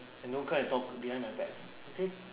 and don't come and talk behind my back okay